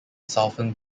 southern